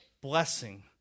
blessing